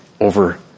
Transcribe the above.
over